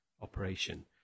operation